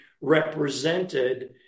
represented